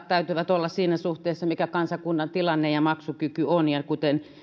täytyy olla suhteessa siihen mikä kansakunnan tilanne ja maksukyky on ja kuten